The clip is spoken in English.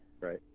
Right